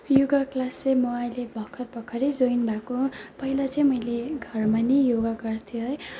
yoga class चाहिँ म अहिले भर्खर भर्खरै जइन भएको हो पहिला चाहिँ मैले घरमा नै योगा गर्थ्यो है